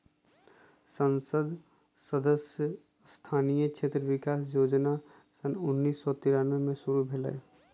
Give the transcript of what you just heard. संसद सदस्य स्थानीय क्षेत्र विकास जोजना सन उन्नीस सौ तिरानमें में शुरु भेलई